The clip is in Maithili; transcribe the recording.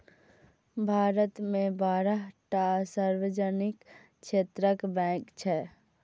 भारत मे बारह टा सार्वजनिक क्षेत्रक बैंक छै